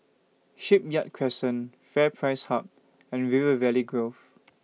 Shipyard Crescent FairPrice Hub and River Valley Grove